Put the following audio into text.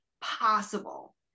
possible